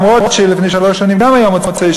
אף שגם לפני שלוש שנים זה היה במוצאי-שבת,